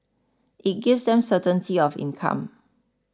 it gives them certainty of income